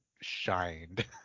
shined